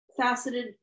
faceted